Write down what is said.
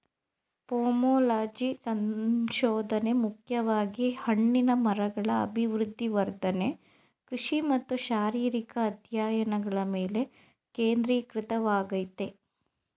pomology ಸಂಶೋಧನೆ ಮುಖ್ಯವಾಗಿ ಹಣ್ಣಿನ ಮರಗಳ ಅಭಿವೃದ್ಧಿ ವರ್ಧನೆ ಕೃಷಿ ಮತ್ತು ಶಾರೀರಿಕ ಅಧ್ಯಯನಗಳ ಮೇಲೆ ಕೇಂದ್ರೀಕೃತವಾಗಯ್ತೆ